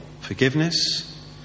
forgiveness